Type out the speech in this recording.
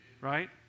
right